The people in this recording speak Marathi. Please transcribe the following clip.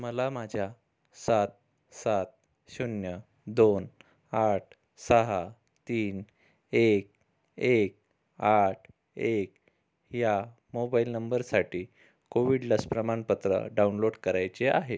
मला माझ्या सात सात शून्य दोन आठ सहा तीन एक एक आठ एक या मोबाईल नंबरसाठी कोविड लस प्रमाणपत्र डाउनलोट करायचे आहे